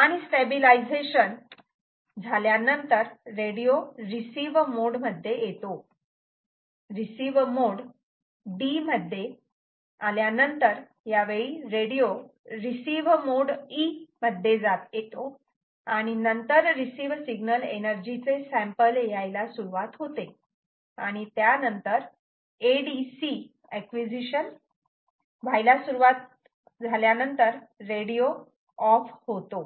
आणि स्टॅबिलायझेशन झाल्यानंतर radio receive mode d मध्ये येतो रिसिव्ह मोड d मध्ये आल्यानंतर यावेळी रेडिओ रिसिव्ह मोड e मध्ये येतो आणि रिसिव्ह सिग्नल एनर्जी चे सॅम्पल यायला सुरुवात होते आणि त्यानंतर ADC अक्विझिशन व्हायला सुरुवात झाल्यावर रेडिओ ऑफ होतो